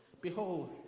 behold